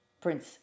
prince